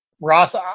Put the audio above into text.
ross